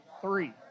three